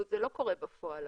זה לא קורה בפועל.